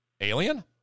alien